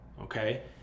okay